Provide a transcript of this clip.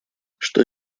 что